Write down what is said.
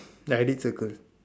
I already circle